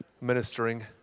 ministering